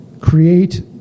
create